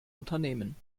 unternehmen